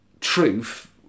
truth